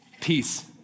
Peace